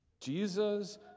Jesus